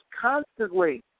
constantly